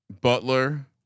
Butler